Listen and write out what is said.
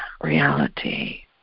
reality